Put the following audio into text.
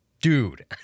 Dude